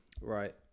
Right